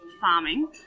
farming